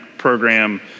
program